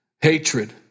Hatred